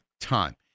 time